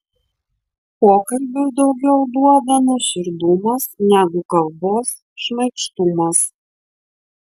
pokalbiui daugiau duoda nuoširdumas negu kalbos šmaikštumas